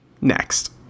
Next